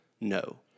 No